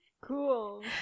Cool